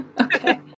Okay